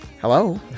Hello